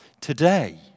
today